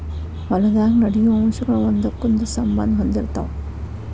ಹೊಲದಾಗ ನಡೆಯು ಅಂಶಗಳ ಒಂದಕ್ಕೊಂದ ಸಂಬಂದಾ ಹೊಂದಿರತಾವ